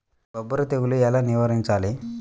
బొబ్బర తెగులు ఎలా నివారించాలి?